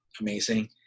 amazing